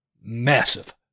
massive